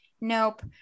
nope